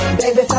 baby